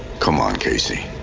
come on casey